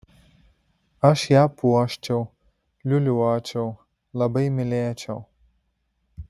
aš ją puoščiau liūliuočiau labai mylėčiau